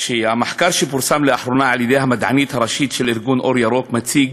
שהמחקר שפורסם לאחרונה על-ידי המדענית הראשית של ארגון "אור ירוק" מציג